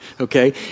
okay